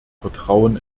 vertrauen